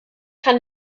kann